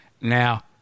Now